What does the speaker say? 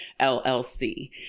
LLC